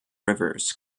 rivers